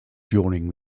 during